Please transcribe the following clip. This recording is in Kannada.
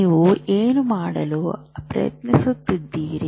ನೀವು ಏನು ಮಾಡಲು ಪ್ರಯತ್ನಿಸುತ್ತಿದ್ದೀರಿ